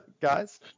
guys